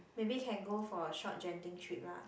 maybe can go for a short Genting trip lah